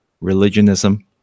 Religionism